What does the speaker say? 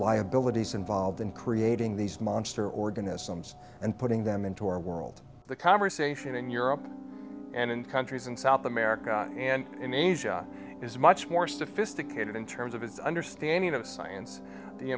liabilities involved in creating these monster organisms and putting them into our world the conversation in europe and in countries in south america and in asia is much more sophisticated in terms of his understanding of science the